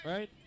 Right